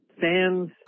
fans